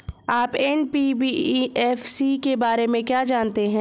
आप एन.बी.एफ.सी के बारे में क्या जानते हैं?